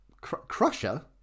Crusher